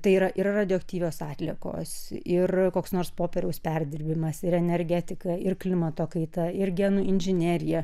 tai yra ir radioaktyvios atliekos ir koks nors popieriaus perdirbimas ir energetika ir klimato kaita ir genų inžinerija